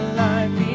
life